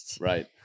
Right